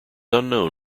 unknown